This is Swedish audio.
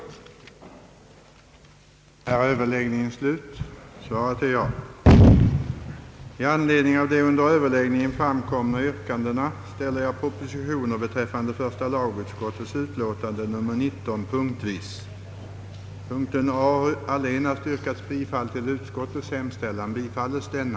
Enligt gällande bestämmelser sker inkomstprövningen för bostadstilläggen på grundval av makarnas sammanlagda beskattningsbara inkomst ökad med 20 procent av den behållna förmögenhet som överstege 30000 kronor.